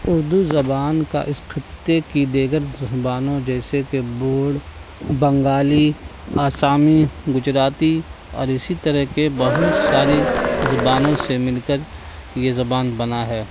اردو زبان کا اس خطے کی دیگر زبانوں جیسے کہ بورڈ بنگالی آسامی گجراتی اور اسی طرح کے بہت ساری زبانوں سے مل کر یہ زبان بنا ہے